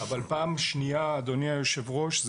אבל פעם שנייה אדוני היושב-ראש,